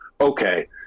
okay